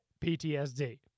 ptsd